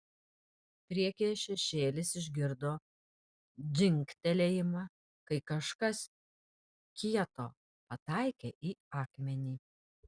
priekyje šešėlis išgirdo dzingtelėjimą kai kažkas kieto pataikė į akmenį